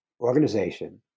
organization